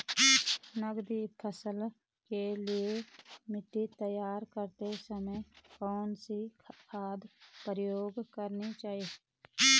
नकदी फसलों के लिए मिट्टी तैयार करते समय कौन सी खाद प्रयोग करनी चाहिए?